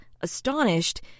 astonished